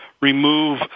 remove